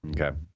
Okay